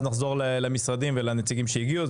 ואז נחזור למשרדים ולנציגים שהגיעו.